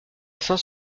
saint